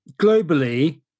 globally